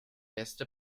beste